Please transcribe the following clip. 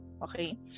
Okay